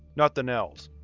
nothing else.